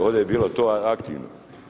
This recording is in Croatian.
Ovdje je bilo to aktivno.